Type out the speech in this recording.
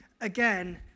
again